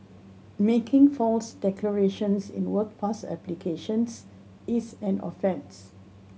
making false declarations in work pass applications is an offence